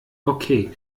okay